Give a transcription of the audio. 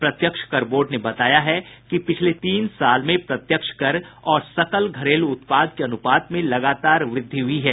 प्रत्यक्ष कर बोर्ड ने बताया है कि पिछले तीन साल में प्रत्यक्ष कर और सकल घरेलू उत्पाद के अनुपात में लगातार वृद्धि हुई है